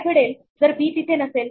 काय घडेल जर बी तिथे नसेल